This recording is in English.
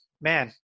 man